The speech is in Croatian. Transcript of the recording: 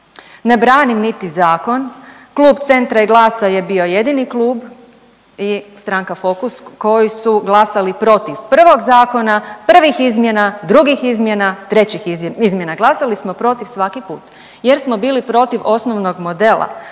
ne branim niti zakon, Klub Centra i GLAS-a je bio jedini klub i stranka Fokus koji su glasali protiv prvog zakona, prvih izmjena, drugih izmjena, trećih izmjena. Glasali smo protiv svaki put jer smo bili protiv osnovnog modela.